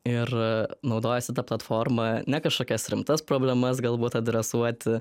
ir naudojasi ta platforma ne kažkokias rimtas problemas galbūt adresuoti